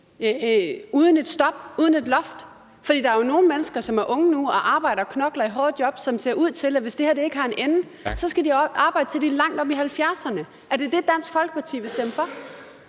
uden et stop, uden et loft? For der er jo nogle mennesker, som er unge nu og arbejder og knokler i hårde job, som ser ud til, hvis det her ikke får en ende, at skulle arbejde, til de er langt op i halvfjerdserne. Er det det, Dansk Folkeparti vil stemme for?